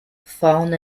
fallen